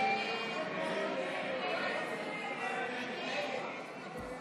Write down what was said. הסתייגות 43 לחלופין א לא נתקבלה.